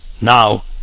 now